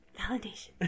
validation